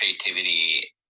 creativity